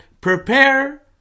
prepare